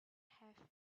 have